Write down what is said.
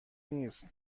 نیست